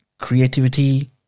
Creativity